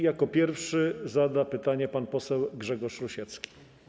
Jako pierwszy zada pytanie pan poseł Grzegorz Rusiecki.